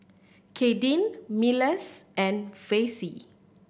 Kadyn Milas and Vassie